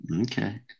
Okay